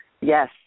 Yes